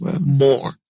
more